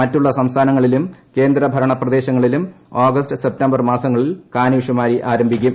മറ്റുള്ള സംസ്ഥാനങ്ങളിലും കേന്ദ്രഭരണ പ്രദേശങ്ങളിലും ആഗസ്റ്റ് സെപ്റ്റംബർ മാസങ്ങളിൽ കാനേഷൂമാരി ആരംഭിക്കും